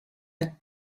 had